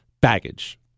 baggage